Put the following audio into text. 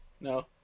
No